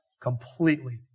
completely